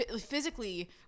physically